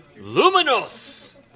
Luminous